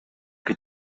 que